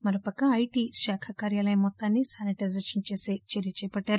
మరోపక్క ఐటి శాఖ కార్యాలయ మొత్తాన్ని శాని టైజేషన్ చేసే చర్య చేపట్టారు